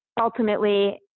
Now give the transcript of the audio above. ultimately